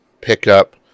pickup